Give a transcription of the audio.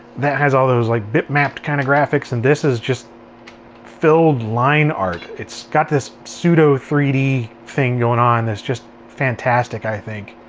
that has all those like bitmapped kind of graphics and this is just filled line art. it's got this pseudo three d thing going on that's just fantastic, i think.